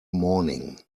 morning